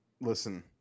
listen